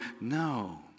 No